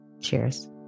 Cheers